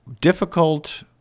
difficult